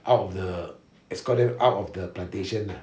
out of the escort them out of the plantation